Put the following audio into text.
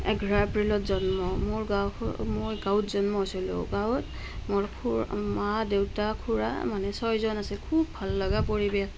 এঘাৰ এপ্ৰিলত জন্ম মোৰ গাঁও মই গাঁৱত জন্ম হৈছিলোঁ গাঁৱত মোৰ মা দেউতা খুড়া মানে ছয়জন আছিলোঁ খুব ভাল লগা পৰিৱেশ